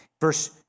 Verse